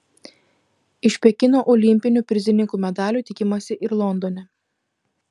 iš pekino olimpinių prizininkų medalių tikimasi ir londone